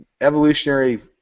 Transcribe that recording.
evolutionary